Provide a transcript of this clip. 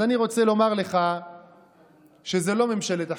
אז אני רוצה לומר לך שזו לא ממשלת אחדות,